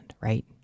right